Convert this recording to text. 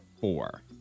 Four